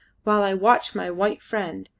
while i watch my white friend,